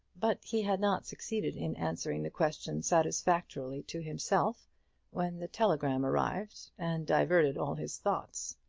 but he had not succeeded in answering the question satisfactorily to himself when the telegram arrived and diverted all his thoughts.